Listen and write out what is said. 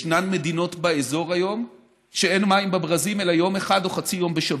ישנן מדינות באזור היום שאין מים בברזים אלא יום אחד או חצי יום בשבוע,